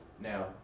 Now